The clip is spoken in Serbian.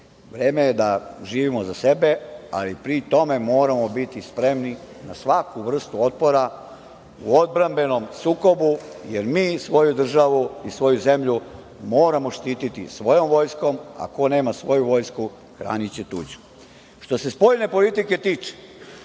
vreme je da živimo za sebe, ali pri tome moramo biti spremni na svaku vrstu otpora u odbrambenom sukobu, jer mi svoju državu i svoju zemlju moramo štititi svojom vojskom, a ko nema svoju vojsku hraniće tuđu. Što se spoljne politike tiče,